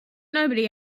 nobody